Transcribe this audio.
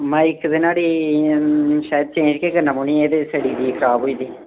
mic ते न्हाड़ी शायद चेंज गै करना पौनी एह् ते सड़ी दी खराब होई दी